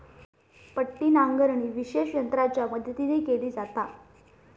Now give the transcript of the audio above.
पट्टी नांगरणी विशेष यंत्रांच्या मदतीन केली जाता